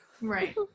Right